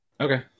Okay